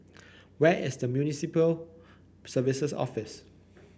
where is Municipal Services Office